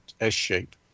S-shape